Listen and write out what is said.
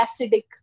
acidic